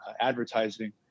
advertising